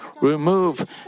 remove